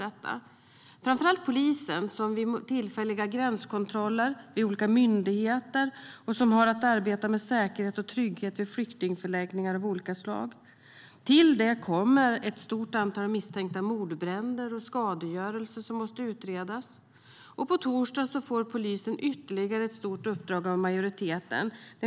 Det gäller framför allt polisen som finns vid tillfälliga gränskontroller och vid olika myndigheter och som ska arbeta med säkerhet och trygghet vid flyktingförläggningar av olika slag. Till det kommer ett stort antal misstänkta mordbränder och fall av skadegörelse som måste utredas. På torsdag får polisen ytterligare ett stort uppdrag av majoriteten.